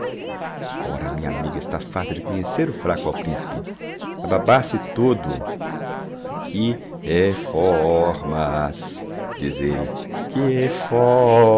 ora a minha amiga está farta de conhecer o fraco ao principe a babar se todo que e fó órmas diz elle que